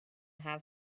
have